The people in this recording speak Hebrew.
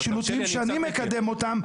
שאני הוא זה שמקדם אותם,